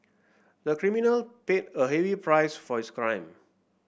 the criminal paid a heavy price for his crime